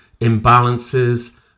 imbalances